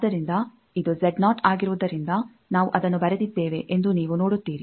ಆದ್ದರಿಂದ ಇದು ಆಗಿರುವುದರಿಂದ ನಾವು ಅದನ್ನು ಬರೆದಿದ್ದೇವೆ ಎಂದು ನೀವು ನೋಡುತ್ತೀರಿ